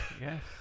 Yes